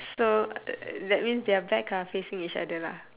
so uh that means their back are facing each other lah